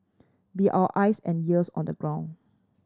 be our eyes and ears on the ground